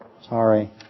Sorry